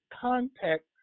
contact